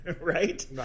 Right